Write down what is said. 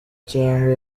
cyangwa